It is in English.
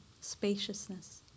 spaciousness